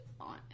on